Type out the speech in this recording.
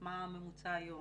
מה הממוצע היום.